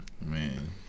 Man